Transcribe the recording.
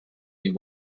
you